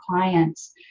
clients